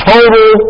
Total